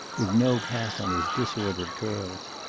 with no cap on his disordered curls.